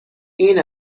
این